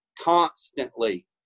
constantly